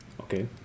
Okay